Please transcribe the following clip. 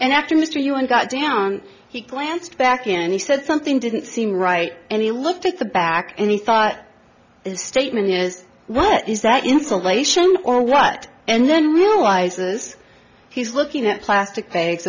and after mr ewing got down he glanced back and he said something didn't seem right and he looked at the back and he thought his statement is what is that insulation or what and then realizes he's looking at plastic bags